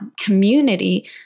community